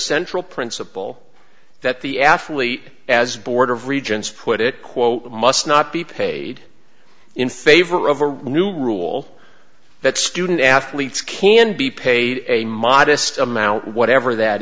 central principle that the actually as board of regents put it quote must not be paid in favor of a new rule that student athletes can be paid a modest amount whatever that